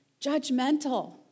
judgmental